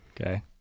okay